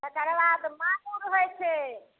तकर बाद माङ्गुर होइ छै